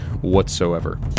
whatsoever